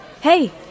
Hey